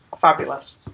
fabulous